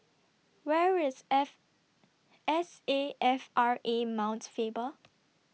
Where IS F S A F R A Mount Faber